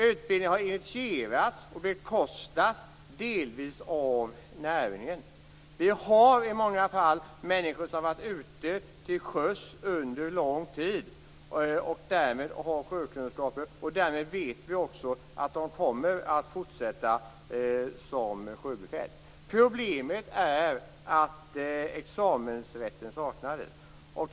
Utbildningen har initierats och bekostas delvis av näringen. I många fall rör det sig om människor som har varit ute till sjöss under lång tid och som har sjökunskaper. Därmed vet vi att de kommer att fortsätta som sjöbefäl. Problemet är att det saknas examensrätt.